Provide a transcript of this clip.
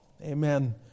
Amen